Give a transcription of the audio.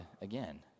again